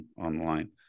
online